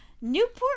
Newport